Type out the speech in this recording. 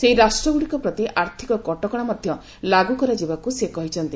ସେହି ରାଷ୍ଟ୍ରଗୁଡ଼ିକ ପ୍ରତି ଆର୍ଥିକ କଟକଣା ମଧ୍ୟ ଲାଗୁ କରାଯିବାକୁ ସେ କହିଛନ୍ତି